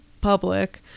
public